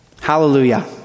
Hallelujah